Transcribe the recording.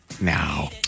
now